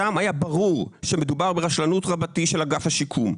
שם היה ברור שמדובר ברשלנות רבתי של אגף השיקום.